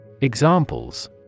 Examples